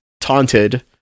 taunted